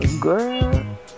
girl